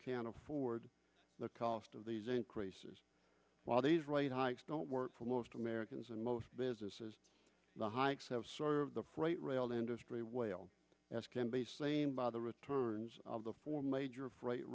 can't afford the cost of these increases while these rate hikes don't work for most americans and most businesses the hikes have served the freight rail industry well as can be same by the returns of the four major freight